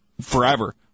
forever